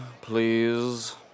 please